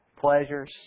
pleasures